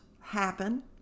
happen